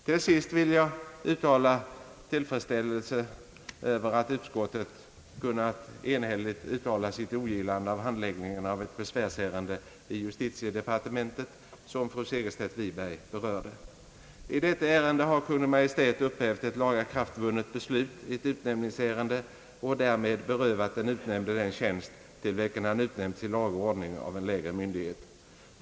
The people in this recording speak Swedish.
Till sist vill jag med tillfredsställelse konstatera att utskottet enhälligt uttalat sitt ogillande av handläggningen av ett besvärsärende i justitiedepartementet. I detta ärende, som fru Segerstedt Wiberg berörde, har Kungl. Maj:t upphävt ett lagakraftvunnet beslut i ett utnämningsärende och därmed berövat den utnämnde en tjänst, till vilken han utnämnts i laga ordning av en lägre myndighet.